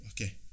Okay